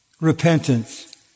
repentance